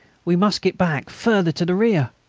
we must get back further to the rear.